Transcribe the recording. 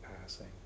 passing